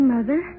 Mother